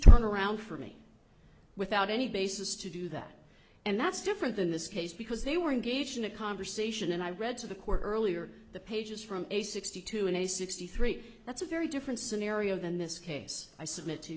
turn around for me without any basis to do that and that's different than this case because they were engaged in a conversation and i read to the court earlier the pages from a sixty two and a sixty three that's a very different scenario than this case i submit to